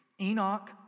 Enoch